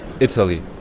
Italy